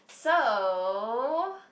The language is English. so